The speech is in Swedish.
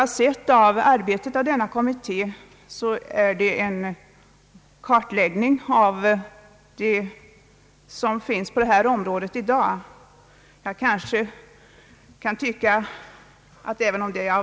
Resultatet av denna kommittés arbete har hittills blivit en kartläggning av det som i dag finns på detta område.